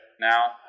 now